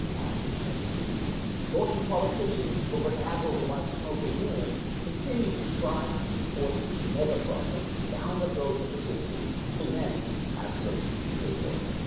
architects and dorky politicians who are bedazzled by smoke and mirrors continue to try to force mega projects down the throats of the citizens and then ask them to pay for it.